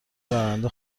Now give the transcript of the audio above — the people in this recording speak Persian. برنده